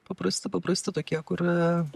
paprasti paprasti tokie kur